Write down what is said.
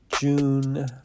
June